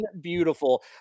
beautiful